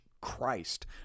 Christ